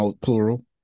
plural